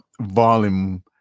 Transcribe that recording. volume